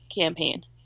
campaign